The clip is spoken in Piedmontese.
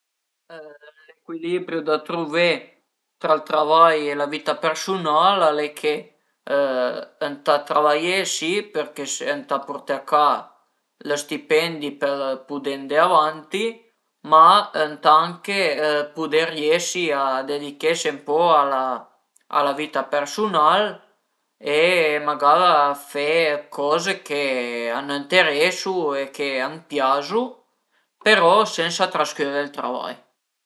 L'ecuilibrio da truvé tra ël travai e la vita persunala al e che ëntà travaié si perché ëntà purté a ca lë stipendi për pudé andé avanti, ma ëntà anche pudé riesi a dedichese ën po a la vita persunal e magara fe d'coze che ënteresu e che a piazu, però sensa trascüré ël travai